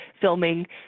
filming